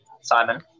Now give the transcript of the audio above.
Simon